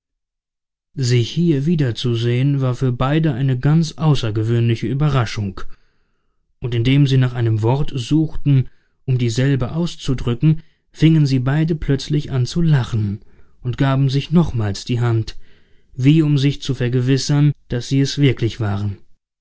sich hier wiederzusehen war für beide eine ganz außergewöhnliche ueberraschung und indem sie nach einem wort suchten um dieselbe auszudrücken fingen sie beide plötzlich an zu lachen und gaben sich nochmals die hand wie um sich zu vergewissern daß sie es wirklich waren